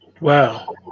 Wow